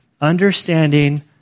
understanding